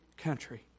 country